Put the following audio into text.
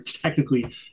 technically